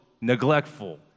neglectful